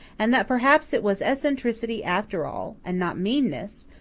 and that perhaps it was eccentricity after all, and not meanness,